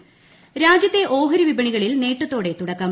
ഓഹരി രാജ്യത്തെ ഓഹരി വിപണികളിൽ നേട്ടത്തോടെ തുടക്കം